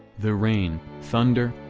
the rain, thunder,